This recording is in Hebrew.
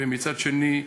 ומצד שני,